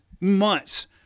months